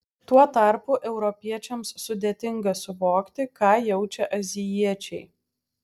tuo tarpu europiečiams sudėtinga suvokti ką jaučia azijiečiai